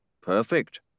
Perfect